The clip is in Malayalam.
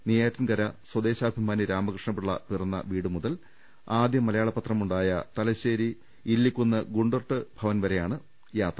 നെയ്യാറ്റിൻകരയിൽ സ്വദേ ശാഭിമാനി രാമകൃഷ്ണപ്പിള്ള പിറന്നു വീടുമുതൽ ആദ്യ മലയാള പത്രമു ണ്ടായ തലശ്ശേരി ഇല്ലിക്കുന്ന് ഗുണ്ടർട്ട്ഭവൻവരെയാണ് യാത്ര